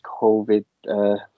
Covid